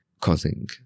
causing